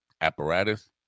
apparatus